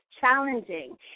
challenging